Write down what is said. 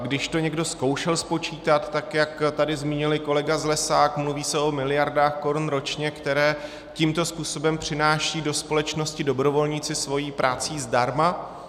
Když to někdo zkoušel spočítat, tak jak tady zmínil i kolega Zlesák, mluví se o miliardách korun ročně, které tímto způsobem přináší do společnosti dobrovolníci svou prací zdarma.